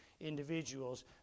individuals